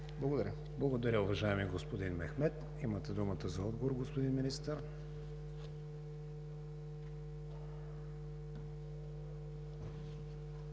ВИГЕНИН: Благодаря, уважаеми господин Мехмед. Имате думата за отговор, господин Министър.